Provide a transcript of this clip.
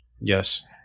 Yes